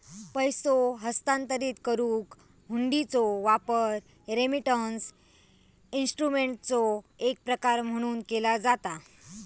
पैसो हस्तांतरित करुक हुंडीचो वापर रेमिटन्स इन्स्ट्रुमेंटचो एक प्रकार म्हणून केला जाता